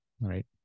right